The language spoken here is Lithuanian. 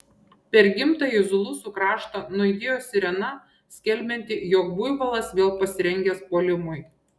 per gimtąjį zulusų kraštą nuaidėjo sirena skelbianti jog buivolas vėl pasirengęs puolimui